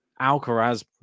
Alcaraz